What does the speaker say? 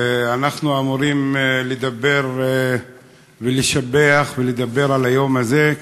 ואנחנו אמורים לשבח ולדבר על היום הזה,